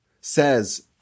says